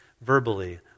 verbally